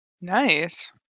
Nice